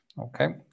okay